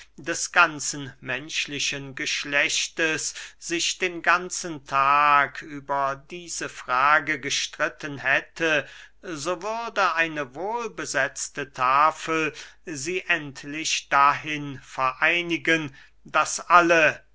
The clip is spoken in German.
des ganzen menschlichen geschlechtes sich den ganzen tag über diese frage gestritten hätte so würde eine wohlbesetzte tafel sie endlich dahin vereinigen daß alle